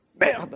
merde